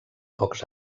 pocs